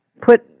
put